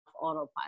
autopilot